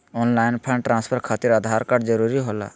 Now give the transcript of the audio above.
Online fund transfer खातिर Aadhaar card जरूरी होला?